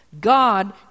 God